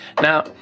Now